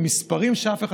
עם מספרים שאף אחד,